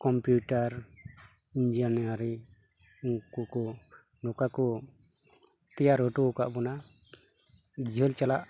computer engineering ᱩᱱᱠᱩ ᱠᱚ ᱱᱚᱝᱠᱟ ᱠᱚ ᱛᱮᱭᱟᱨ ᱦᱚᱴᱚ ᱟᱠᱟᱫ ᱵᱚᱱᱟ ᱡᱤᱭᱳᱱ ᱪᱟᱞᱟᱜ